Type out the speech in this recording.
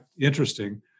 interesting